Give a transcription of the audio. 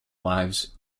lives